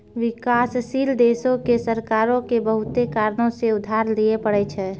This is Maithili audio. विकासशील देशो के सरकारो के बहुते कारणो से उधार लिये पढ़ै छै